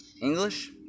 English